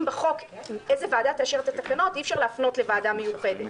בחוק איזו ועדה תאשר את התקנות אי-אפשר להפנות לוועדה מיוחדת,